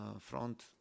front